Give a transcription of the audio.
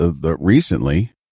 recently